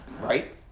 Right